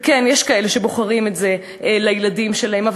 וכן, יש כאלה שבוחרים את זה לילדים שלהם.